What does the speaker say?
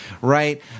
right